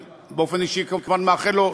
שבאופן אישי אני כמובן מאחל לו,